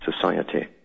society